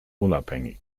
unabhängig